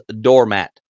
doormat